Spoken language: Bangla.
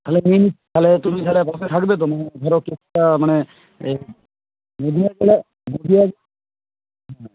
তাহলে নিয়ে তাহলে তুমি তাহলে বসে থাকবে তো ধরো কেসটা মানে